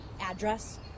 Address